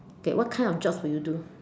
okay what kind of jobs would you do